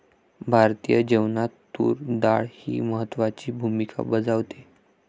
भारतीय जेवणात तूर डाळ ही महत्त्वाची भूमिका बजावते